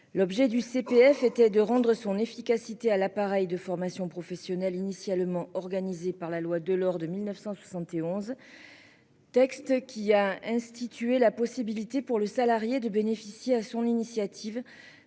L'objet du CPF était de rendre son efficacité à l'appareil de formation professionnelle initialement organisée par la loi de l'or, de 1971. Texte qui a institué la possibilité pour le salarié de bénéficier, à son initiative